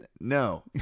No